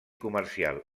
comercial